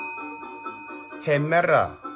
Hemera